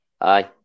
Aye